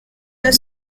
deux